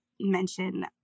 mention